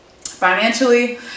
Financially